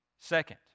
Second